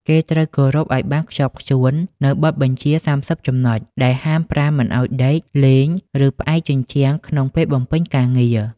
គេត្រូវគោរពឱ្យបានខ្ជាប់ខ្ជួននូវបទបញ្ជាសាមសិបចំណុច ដែលហាមប្រាមមិនឱ្យដេក លេង ឬផ្អែកជញ្ជាំងក្នុងពេលបំពេញការងារ។